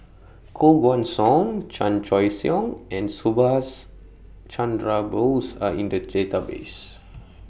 Koh Guan Song Chan Choy Siong and Subhas Chandra Bose Are in The Database